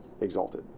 Exalted